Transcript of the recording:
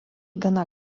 gana